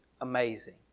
amazing